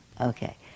Okay